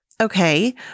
okay